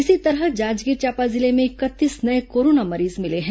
इसी तरह जांजगीर चांपा जिले में इकतीस नये कोरोना मरीज मिले हैं